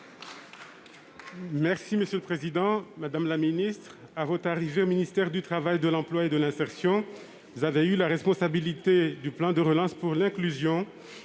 de l'insertion. Madame la ministre, à votre arrivée au ministère du travail, de l'emploi et de l'insertion, vous avez eu la responsabilité du plan de relance pour l'inclusion.